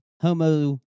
Homo